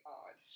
odd